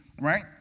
right